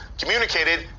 communicated